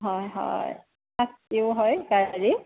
হয় হয় শাস্তিও হয় গাড়ীত